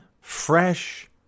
fresh